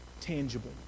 tangible